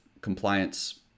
compliance